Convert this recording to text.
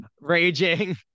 raging